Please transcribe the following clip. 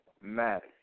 matter